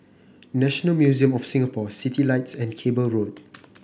National Museum of Singapore Citylights and Cable Road